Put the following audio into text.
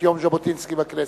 את יום ז'בוטינסקי בכנסת.